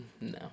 No